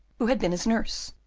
who had been his nurse,